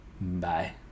Bye